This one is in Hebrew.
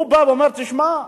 הוא בא ואומר: תשמע,